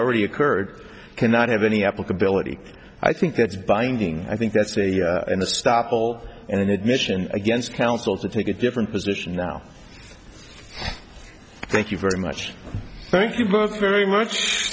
already occurred cannot have any applicability i think that's binding i think that's a in the stoppel and an admission against counsel to take a different position now thank you very much thank you both very much